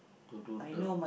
to do the